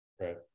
Right